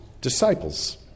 disciples